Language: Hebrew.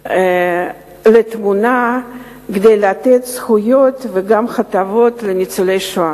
לתמונה כדי לתת זכויות וגם הטבות לניצולי השואה,